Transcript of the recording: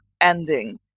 ending